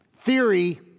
theory